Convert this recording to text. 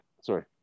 sorry